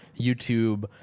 YouTube